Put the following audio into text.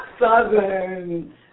southern